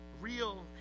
Real